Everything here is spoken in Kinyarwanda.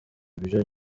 ibyo